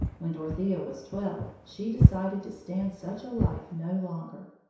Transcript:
when dorothea was twelve, she decided to stand such a life no longer.